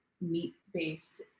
meat-based